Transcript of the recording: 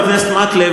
חבר הכנסת מקלב,